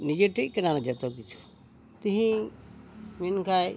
ᱱᱮᱡᱮᱴᱷᱮᱱ ᱠᱟᱱᱟ ᱡᱚᱛᱚ ᱠᱤᱪᱷᱩ ᱛᱮᱦᱮᱧ ᱢᱮᱱᱠᱷᱟᱱ